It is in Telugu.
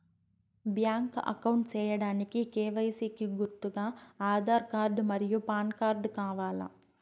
బ్యాంక్ అకౌంట్ సేయడానికి కె.వై.సి కి గుర్తుగా ఆధార్ కార్డ్ మరియు పాన్ కార్డ్ కావాలా?